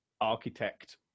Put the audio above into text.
architect